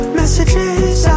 messages